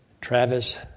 Travis